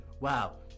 wow